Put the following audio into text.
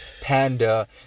panda